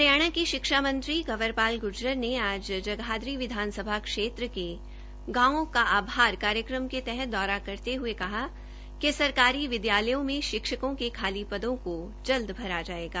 हरियाणा के शिक्षा मंत्री चौ कंवरपाल गुर्जर ने आज जगाधरी विधान सभा क्षेत्र के गांवों का आभार कार्यक्रम के तहत दौरा करते हुए कहा कि सरकारी विद्यालयों में शिक्षकों के खाली पदों को जल्दी ही भरा जाएगा